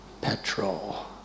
petrol